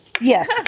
Yes